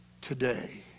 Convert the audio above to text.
today